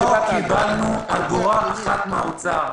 לא קיבלנו אגורה אחת מהאוצר.